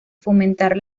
fomentar